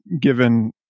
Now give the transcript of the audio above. given